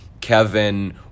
Kevin